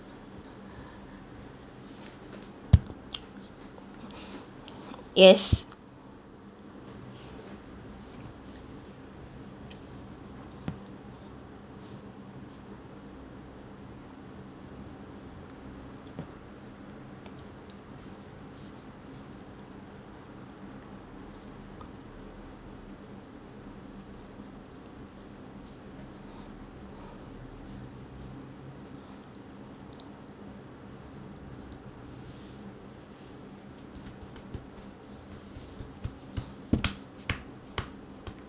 yes